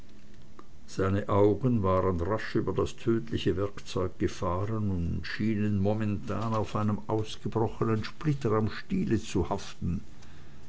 seine augen waren rasch über das tödliche werkzeug gefahren und schienen momentan auf einem ausgebrochenen splitter am stiele zu haften